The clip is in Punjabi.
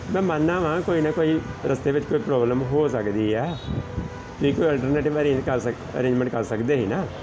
ਮੈਂ ਮੰਨਦਾ ਹਾਂ ਕੋਈ ਨਾ ਕੋਈ ਰਸਤੇ ਵਿੱਚ ਕੋਈ ਪ੍ਰੋਬਲਮ ਹੋ ਸਕਦੀ ਆ ਕੋਈ ਅਲਟਰਨੇਟਿਵ ਅਰੇਂਜ ਕਰ ਸਕ ਅਰੇਂਜਮੈਂਟ ਕਰ ਸਕਦੇ ਸੀ ਨਾ